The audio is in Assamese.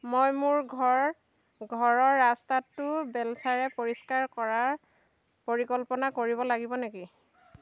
মই মোৰ ঘৰ ঘৰৰ ৰাস্তাটো বেলচাৰে পৰিষ্কাৰ কৰাৰ পৰিকল্পনা কৰিব লাগিব নেকি